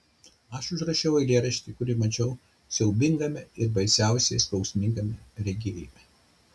aš užrašiau eilėraštį kurį mačiau siaubingame ir baisiausiai skausmingame regėjime